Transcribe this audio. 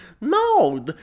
No